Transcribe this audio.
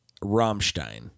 Rammstein